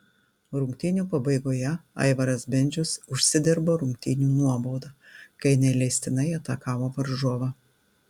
rungtynių pabaigoje aivaras bendžius užsidirbo rungtynių nuobaudą kai neleistinai atakavo varžovą